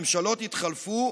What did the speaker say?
ממשלות התחלפו,